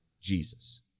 Jesus